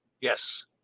Yes